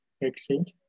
exchange